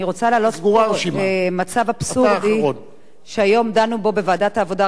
אני רוצה להעלות פה מצב אבסורדי שהיום דנו בו בוועדת העבודה,